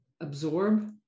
absorb